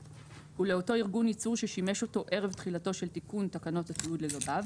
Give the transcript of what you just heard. ולאותו ארגון ייצור ששימש אותו ערב תחילתו של תיקון תקנות התיעוד לגביו,